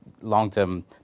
long-term